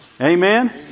Amen